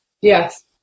Yes